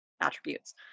attributes